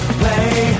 play